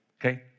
okay